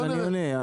אז אני עונה,